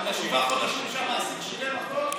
שבעה חודשים שבהם המעסיק שילם הכול?